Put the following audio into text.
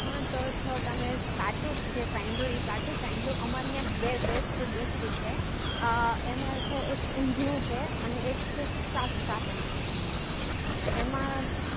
હં તો છો તમે સાચું જે સાંભળ્યું એ સાચું સાંભળ્યું અમારી અહીંયાં બે બેસ્ટ ડિશ છે એમાં છે એક ઊંધિયું છે અને એક છે સાંક સાંપળી અને એમાં